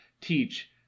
teach